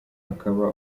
hakaba